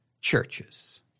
churches